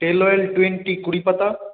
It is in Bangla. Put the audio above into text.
টেলোয়েল টোয়েন্টি কুড়ি পাতা